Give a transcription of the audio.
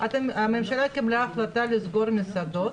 הממשלה קיבלה החלטה לסגור מסעדות